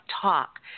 talk